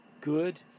good